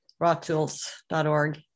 rawtools.org